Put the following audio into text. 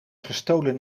gestolen